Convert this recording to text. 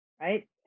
right